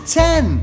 ten